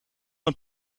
het